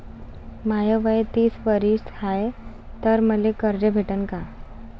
माय वय तीस वरीस हाय तर मले कर्ज भेटन का?